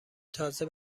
تازه